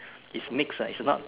it's mixed ah it's not